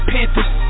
Panthers